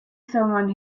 someone